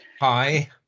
Hi